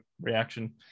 reaction